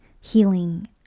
healing